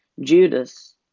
Judas